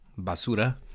basura